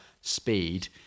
speed